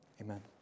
Amen